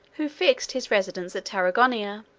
who fixed his residence at tarragona,